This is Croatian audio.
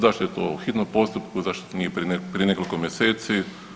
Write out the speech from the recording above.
Zašto je to u hitnom postupku, zašto to nije prije nekoliko mjeseci?